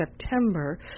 September